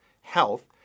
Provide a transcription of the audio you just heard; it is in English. health